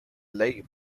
late